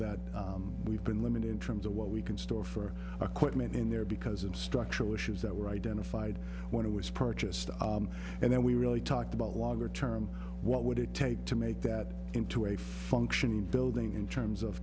that we've been limited in terms of what we can store for a quick meet in there because of structural issues that were identified when it was purchased and then we really talked about longer term what would it take to make that into a functioning building in terms of